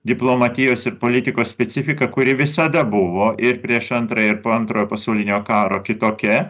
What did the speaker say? diplomatijos ir politikos specifika kuri visada buvo ir prieš antrą ir po antrojo pasaulinio karo kitokia